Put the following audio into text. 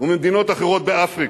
וממדינות אחרות באפריקה.